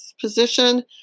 position